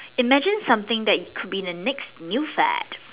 imagine something that it could be the next new fad